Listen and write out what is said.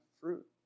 fruit